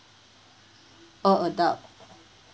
all adult